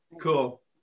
Cool